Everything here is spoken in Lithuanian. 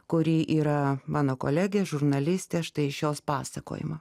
kuri yra mano kolegė žurnalistė štai šios pasakojimą